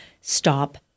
stop